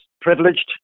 privileged